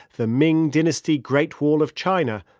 the ming dynasty great wall of china,